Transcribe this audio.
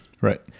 Right